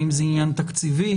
האם זה עניין תקציבי?